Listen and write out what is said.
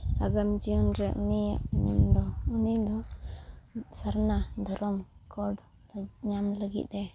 ᱟᱜᱟᱢ ᱡᱤᱭᱚᱱ ᱨᱮ ᱩᱱᱤᱭᱟᱜ ᱮᱱᱮᱢ ᱫᱚ ᱩᱱᱤ ᱫᱚ ᱥᱟᱨᱱᱟ ᱫᱷᱚᱨᱚᱢ ᱠᱳᱰ ᱧᱟᱢ ᱞᱟᱹᱜᱤᱫ ᱮ